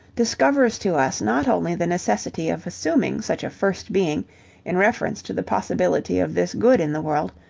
discovers to us not only the necessity of assuming such a first being in reference to the possibility of this good in the world,